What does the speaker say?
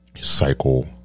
Cycle